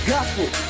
Gospel